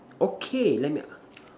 okay let me a~